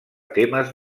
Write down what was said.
temes